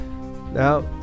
Now